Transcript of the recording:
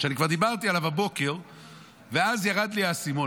שאני כבר דיברתי עליו הבוקר ואז ירד לי האסימון,